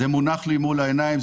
זה מונח לי מול העיניים,